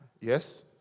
Yes